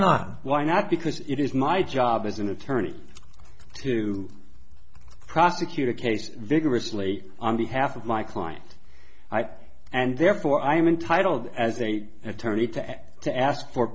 not why not because it is my job as an attorney to prosecute a case vigorously on behalf of my client i and therefore i am entitled as a attorney to act to ask for